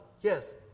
Yes